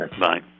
Bye